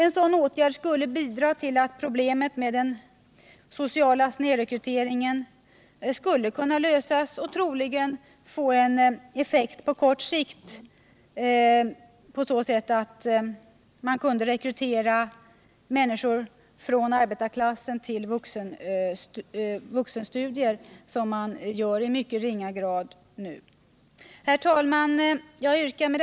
En sådan åtgärd skulle bidra till att problemet med den sociala snedrekryteringen löstes, och den skulle troligen få effekt på kort sikt så att fler människor från arbetarklassen kunde rekryteras till vuxenstudier, vilket sker i mycket ringa grad f.n. Herr talman!